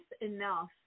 enough